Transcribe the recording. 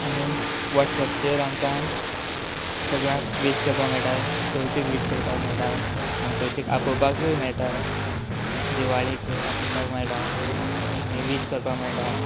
आनी वॉयसाचेर आमकां सगळ्यांक विश करपाक मेळटा चवथीक वीश करपाक मेळटा आनी चवथीक आपोवपाकूय मेळटा दिवाळीक आपोवपाक मेळटा आनी वीश करपाक मेळटा